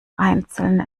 einzeln